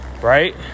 Right